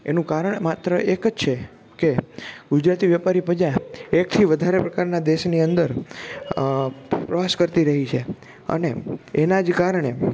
એનું કારણ માત્ર એક જ છે કે ગુજરાતી વેપારી પ્રજા એકથી વધારે પ્રકારના દેશની અંદર પ્રવાસ કરતી રહી છે અને એનાજ કારણે